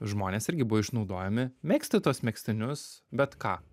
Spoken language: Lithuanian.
žmonės irgi buvo išnaudojami megzti tuos megztinius bet ką